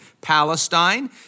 Palestine